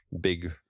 big